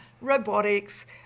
robotics